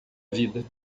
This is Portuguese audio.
vida